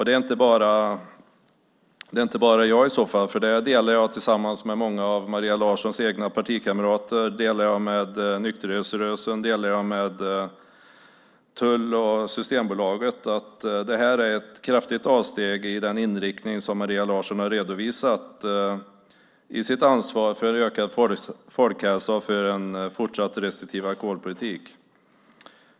Det är inte bara jag som i så fall får göra det. Många av Maria Larssons egna partikamrater, nykterhetsrörelsen, tull och Systembolaget tycker att det är ett kraftigt avsteg från den inriktning som Maria Larsson har redovisat i sitt ansvar för ökad folkhälsa och för en fortsatt restriktiv alkoholpolitik.